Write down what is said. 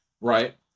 right